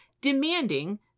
demanding